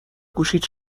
گوشیت